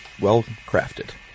well-crafted